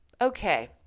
Okay